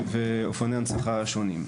ואופני הנצחה שונים.